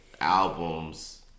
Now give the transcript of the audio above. albums